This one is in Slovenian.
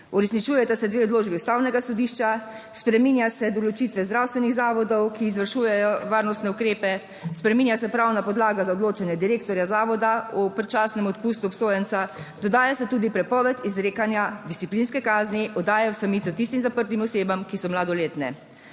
Uresničujeta se dve odločbi Ustavnega sodišča, spreminja se določitve zdravstvenih zavodov, ki izvršujejo varnostne ukrepe, spreminja se pravna podlaga za odločanje direktorja zavoda o predčasnem odpustu obsojenca, dodaja se tudi prepoved izrekanja disciplinske kazni oddaja v samico tistim zaprtim osebam, ki so mladoletne.